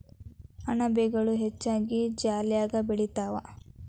ಅಣಬೆಗಳು ಹೆಚ್ಚಾಗಿ ಜಾಲ್ಯಾಗ ಬೆಳಿತಾವ